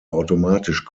automatisch